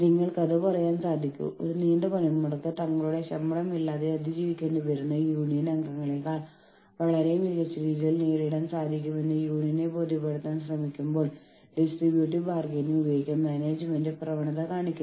നമ്മളുടെ നയങ്ങൾക്കുള്ളിൽ നമ്മൾ അത് നിർമ്മിക്കുന്നത് നമ്മളുടെ നിലവിലുള്ള ചട്ടക്കൂടിനുള്ളിൽ സംവിധാനങ്ങളും നടപടിക്രമങ്ങളും നമ്മൾ നിർമ്മിക്കുന്നത് ജീവനക്കാരെ സാധ്യമായത്രയും പരിപാലിക്കുന്നുണ്ടെന്ന് ഉറപ്പാക്കാനാണ്